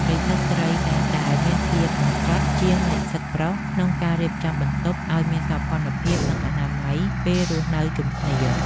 និស្សិតស្រីតែងតែមានភាពហ្មត់ចត់ជាងនិស្សិតប្រុសក្នុងការរៀបចំបន្ទប់ឱ្យមានសោភ័ណភាពនិងអនាម័យពេលរស់នៅជុំគ្នា។